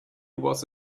was